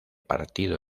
partido